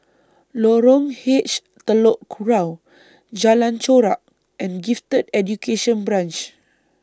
Lorong H Telok Kurau Jalan Chorak and Gifted Education Branch